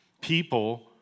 people